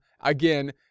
again